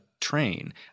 train